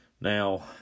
now